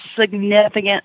significant